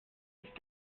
ist